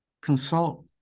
consult